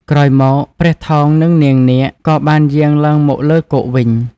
ក្រោយមក ព្រះថោង និងនាងនាគ ក៏បានយាងឡើងមកលើគោកវិញ។